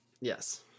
Yes